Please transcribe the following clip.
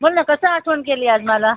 बोल ना कसं आठवण केली आज मला